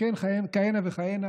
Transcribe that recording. וכן כהנה וכהנה.